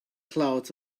clouds